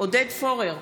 עודד פורר,